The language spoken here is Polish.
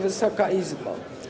Wysoka Izbo!